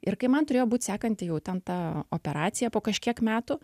ir kai man turėjo būt sekanti jau ten ta operacija po kažkiek metų